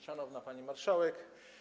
Szanowna Pani Marszałek!